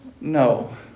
No